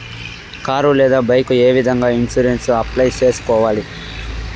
car లేదా bike ఏ విధంగా ఇన్సూరెన్సు అప్లై సేసుకోవాలి